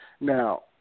Now